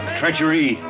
treachery